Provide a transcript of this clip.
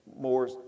more